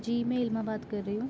جی میں علما بات کر رہی ہوں